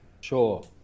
Sure